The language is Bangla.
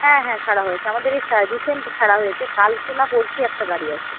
হ্যাঁ হ্যাঁ ছাড়া হয়েছে আমাদের এই রিসেন্ট ছাড়া হয়েছে কালকে না পরশুই একটা গাড়ি আছে